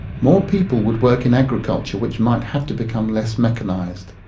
more people would work in agriculture, which might have to become less mechanised.